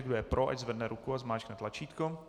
Kdo je pro, ať zvedne ruku a zmáčkne tlačítko.